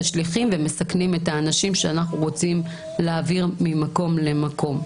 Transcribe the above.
השליחים ומסכנים את האנשים שאנחנו רוצים להעביר ממקום למקום.